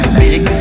big